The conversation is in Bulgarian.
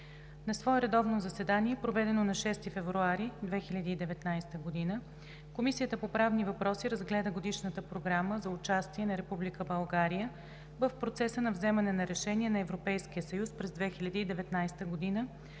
На свое редовно заседание, проведено на 6 февруари 2019 г., Комисията по правни въпроси разгледа Годишната програма за участие на Република България в процеса на вземане на решения на Европейския